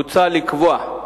מוצע לקבוע,